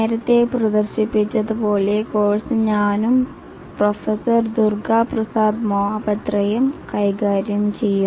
നേരത്തെ പ്രദർശിപ്പിച്ചതുപോലെ കോഴ്സ് ഞാനും പ്രൊഫസർ ദുർഗ പ്രസാദ് മോഹപത്രയും കൈകാര്യം ചെയ്യും